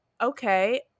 okay